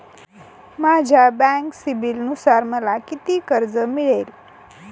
माझ्या बँक सिबिलनुसार मला किती कर्ज मिळेल?